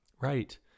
Right